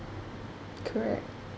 correct